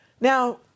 Now